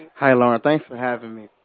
hi, lauren. thanks for having me.